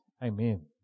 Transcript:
Amen